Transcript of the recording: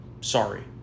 sorry